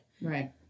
Right